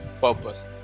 purpose